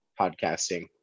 podcasting